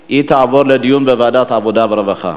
לדיון מוקדם בוועדת העבודה, הרווחה